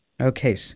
Okay